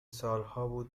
سالهابود